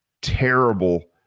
terrible